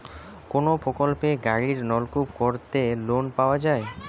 কোন প্রকল্পে গভির নলকুপ করতে লোন পাওয়া য়ায়?